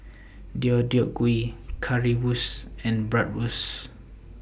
Deodeok Gui Currywurst and Bratwurst